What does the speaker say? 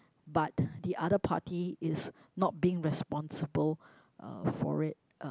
but the other party is not being responsible uh for it uh